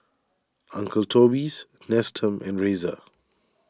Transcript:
Uncle Toby's Nestum and Razer